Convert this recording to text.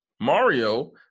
Mario